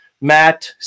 Matt